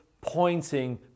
pointing